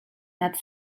nad